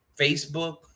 Facebook